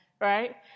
Right